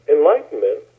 Enlightenment